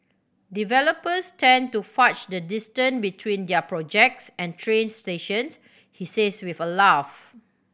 developers tend to fudge the distant between their projects and train stations he says with a laugh